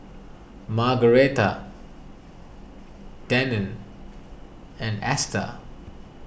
Margaretta Denine and Ester